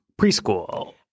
preschool